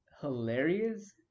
hilarious